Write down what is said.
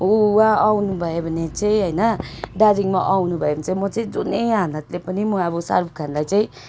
ऊ उहाँ आउनुभयो भने चाहिँ होइन दार्जिलिङमा आउनुभयो भने चाहिँ म चाहिँ जुनै हालतले पनि म अब साहरुख खानलाई चाहिँ